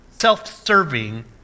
self-serving